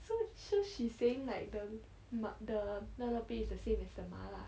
so so she saying like the ma~ the lok-lok base is the same as the 麻辣